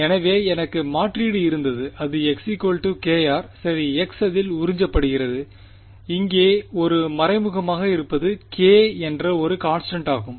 எனவே எனக்கு மாற்றீடு இருந்தது அது x kr சரி x அதில் உறிஞ்சப்படுகிறது இங்கே ஒரு மறைமுகமாக இருப்பது k என்ற ஒரு கான்ஸ்டன்ட் ஆகும்